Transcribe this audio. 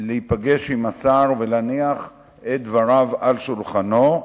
להיפגש עם השר ולהניח את דבריו על שולחנו,